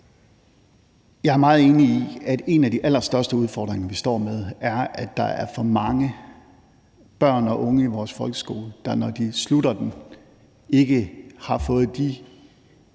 Jeg er meget enig i, at en af de allerstørste udfordringer, vi står med, er, at der er for mange børn og unge i vores folkeskole, som, når de afslutter den, ikke har fået de